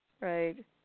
right